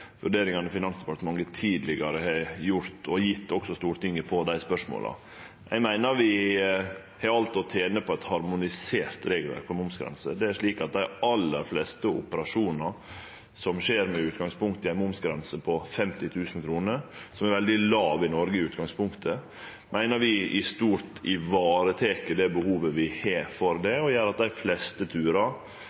vurderingane Finansdepartementet tidlegare har gjort og gjeve Stortinget på dei spørsmåla. Eg meiner vi har alt å tene på eit harmonisert regelverk på momsgrense. Dei aller fleste operasjonar som skjer med utgangspunkt i ei momsgrense på 50 000 kr, som er veldig låg i Noreg i utgangspunktet, meiner vi i stort varetek det behovet vi har for det, og gjer at dei fleste